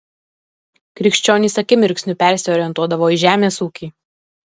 krikščionys akimirksniu persiorientuodavo į žemės ūkį